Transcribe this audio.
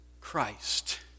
christ